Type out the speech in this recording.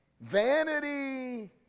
Vanity